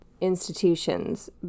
institutions